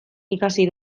ikasi